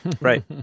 Right